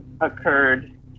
occurred